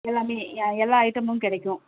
எல்லாமே எல்லா ஐட்டமும் கிடைக்கும்